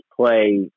play